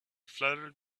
fluttered